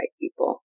people